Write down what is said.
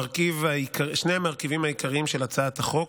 שני המרכיבים העיקריים של הצעת החוק: